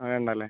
വേണ്ട അല്ലേ